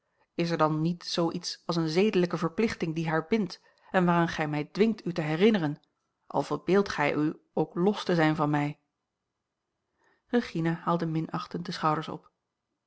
is er dan niet zoo iets als eene zedelijke verplichting die haar bindt en waaraan gij mij dwingt u te herinneren al verbeeldt gij u ook los te zijn van mij regina haalde minachtend de schouders op